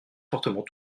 fortement